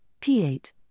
P8